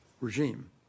regime